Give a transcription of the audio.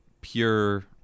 pure